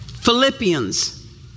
Philippians